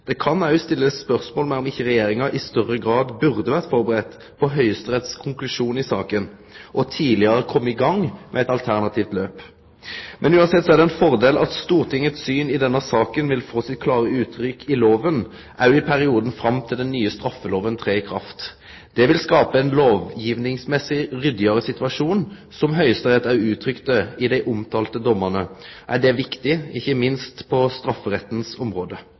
Det kan òg stillast spørsmål ved om ikkje Regjeringa i større grad burde vore budd på Høgsteretts konklusjon i saka og kome tidlegare i gang med eit alternativt løp. Uansett er det ein fordel at Stortingets syn i denne saka vil få sitt klare uttrykk i loven, òg i perioden fram til den nye straffeloven trer i kraft. Det vil skape ein lovgjevingsmessig ryddigare situasjon. Som Høgsterett uttrykte i dei omtalde dommane, er det viktig, ikkje minst på strafferettens område.